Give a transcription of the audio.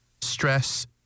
stress